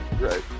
Right